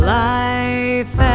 life